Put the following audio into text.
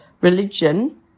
religion